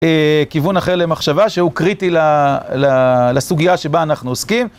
כיוון אחר למחשבה, שהוא קריטי לסוגיה שבה אנחנו עוסקים.